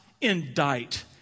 indict